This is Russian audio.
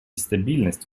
стабильность